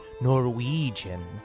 Norwegian